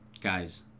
Guys